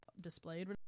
displayed